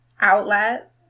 outlet